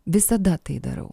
visada tai darau